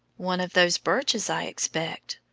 one of those birches, i expect.